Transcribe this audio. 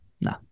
no